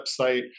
website